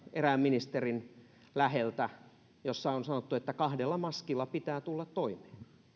erään ministerin läheltä kaupungin jossa on sanottu että kahdella maskilla pitää tulla toimeen